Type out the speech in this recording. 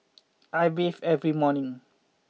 I bathe every morning